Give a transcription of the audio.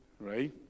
right